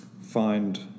find